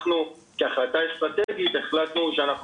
אנחנו כהחלטה אסטרטגית החלטנו שאנחנו